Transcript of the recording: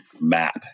map